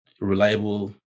reliable